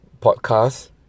podcast